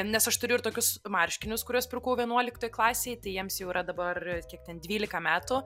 nes aš turiu ir tokius marškinius kuriuos pirkau vienuoliktoj klasėj tai jiems jau yra dabar kiek ten dvylika metų